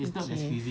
okay